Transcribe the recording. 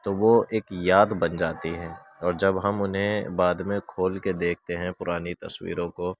تو وہ ایک یاد بن جاتی ہے اور جب ہم انہیں بعد میں کھول کے دیکھتے ہیں پرانی تصویروں کو